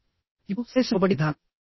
ఇప్పుడు సందేశం ఇవ్వబడిన విధానం